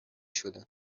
شدن